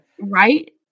right